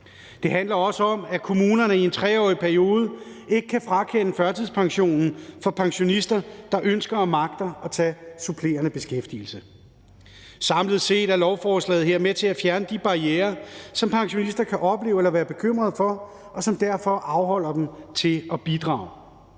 Det handler også om, at kommunerne i en 3-årig periode ikke kan frakende førtidspensionen for pensionister, der ønsker og magter at tage supplerende beskæftigelse. Samlet set er lovforslaget her med til at fjerne de barrierer, som pensionister kan opleve eller være bekymret for, og som derfor afholder dem fra at bidrage.